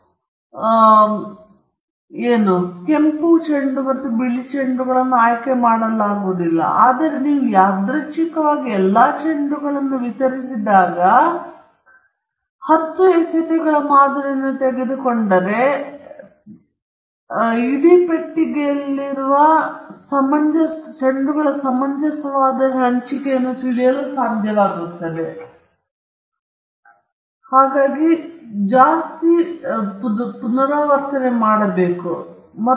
ಅಂದರೆ ಕೆಂಪು ಚೆಂಡುಗಳು ಮತ್ತು ಬಿಳಿ ಚೆಂಡುಗಳನ್ನು ಆಯ್ಕೆ ಮಾಡಲಾಗುವುದಿಲ್ಲ ಆದರೆ ನೀವು ಯಾದೃಚ್ಛಿಕವಾಗಿ ಎಲ್ಲಾ ಚೆಂಡುಗಳನ್ನು ವಿತರಿಸಿದರೆ ನಂತರ ನೀವು 10 ಎಸೆತಗಳ ಮಾದರಿಯನ್ನು ತೆಗೆದುಕೊಂಡರೆ ನೀವು ಪೆಟ್ಟಿಗೆಯಿಂದ ಆರಿಸುವುದನ್ನು ಪ್ರಾರಂಭಿಸಿ ನಂತರ ನೀವು ಇಡೀ ಪೆಟ್ಟಿಗೆಯಲ್ಲಿರುವಂತೆ ಚೆಂಡುಗಳ ಸಮಂಜಸವಾದ ಹಂಚಿಕೆ